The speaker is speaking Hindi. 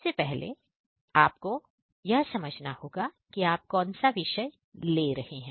सबसे पहले आपको यह समझाना होगा कि कौन सा विषय आप ले रहे हैं